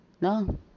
No